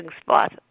spot